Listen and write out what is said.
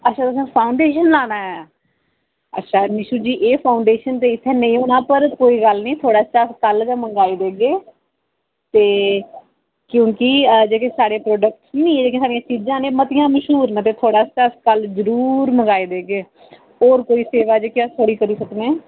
अच्छा तुसें फाउंडेशन लाना ऐ अच्छा निशू जी एह् फाउंडेशन ते इत्थें नेईं होना पर कोई गल्ल निं थुहाड़े आस्तै अस कल गै मंगाई देगे ते क्योंकि जेह्के साढ़े प्रोडक्ट न जेह्कियां साढ़ियां चीजां न एह् मतियां मश्हूर न ते थुहाड़े आस्तै कल जरूर मंगोआई देगे होर कोई सेवा जेह्की अस थुआढ़ी करी सकने आं